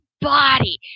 body